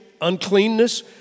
uncleanness